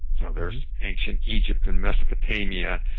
yeah there's ancient egypt, and mesopotamia,